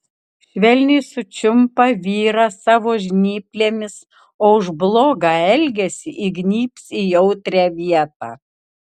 švelniai sučiumpa vyrą savo žnyplėmis o už blogą elgesį įgnybs į jautrią vietą